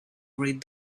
read